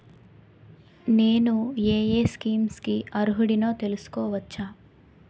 నేను యే యే స్కీమ్స్ కి అర్హుడినో తెలుసుకోవచ్చా?